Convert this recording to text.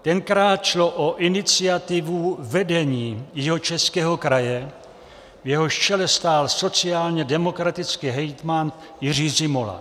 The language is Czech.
Tenkrát šlo o iniciativu vedení Jihočeského kraje, v jehož čele stál sociálnědemokratický hejtman Jiří Zimola.